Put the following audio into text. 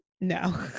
no